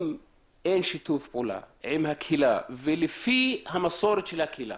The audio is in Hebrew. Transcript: אם אין שיתוף פעולה עם הקהילה ולפי המסורת של הקהילה,